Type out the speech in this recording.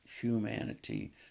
humanity